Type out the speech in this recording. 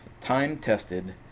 time-tested